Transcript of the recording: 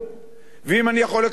ואם אני יכול לקדם מעט,